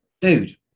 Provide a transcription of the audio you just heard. dude